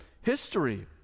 history